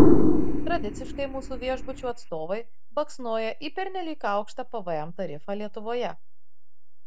tradiciškai mūsų viešbučių atstovai baksnoja į pernelyg aukštą pvm tarifą lietuvoje